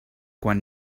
quan